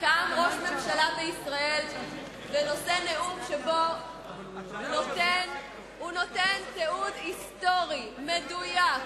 קם ראש ממשלה בישראל ונושא נאום שבו הוא נותן תיעוד היסטורי מדויק,